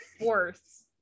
worse